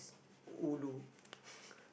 ulu